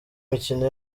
mikino